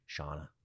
shauna